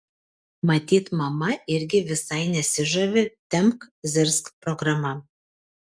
matyt mama irgi visai nesižavi tempk zirzk programa